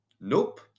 Nope